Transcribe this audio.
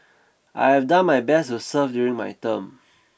I have done my best to serve during my term